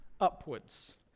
upwards